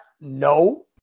no